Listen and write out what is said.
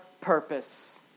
purpose